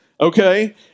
okay